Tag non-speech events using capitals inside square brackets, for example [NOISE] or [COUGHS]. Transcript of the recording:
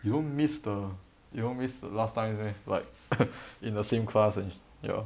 you don't miss the you don't miss last time meh like [COUGHS] in the same class eh ya